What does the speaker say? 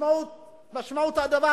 משמעות הדבר,